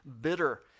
bitter